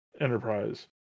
Enterprise